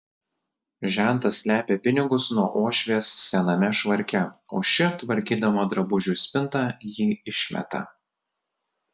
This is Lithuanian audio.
žentas slepia pinigus nuo uošvės sename švarke o ši tvarkydama drabužių spintą jį išmeta